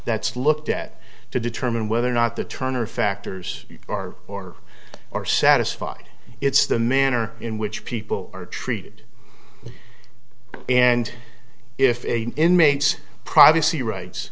that's looked at to determine whether or not the turner factors are or are satisfied it's the manner in which people are treated and if inmates privacy rights